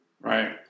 Right